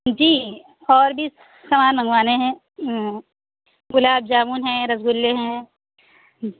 جی اور بھی سامان منگوانے ہیں گلاب جامن ہے رَس گُلے ہیں